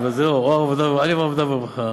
אני עם העבודה והרווחה.